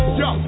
yo